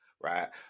Right